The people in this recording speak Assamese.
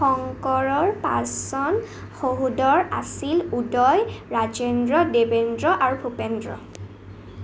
শংকৰৰ পাঁচজন সহোদৰ আছিল উদয় ৰাজেন্দ্ৰ দেবেন্দ্ৰ আৰু ভূপেন্দ্ৰ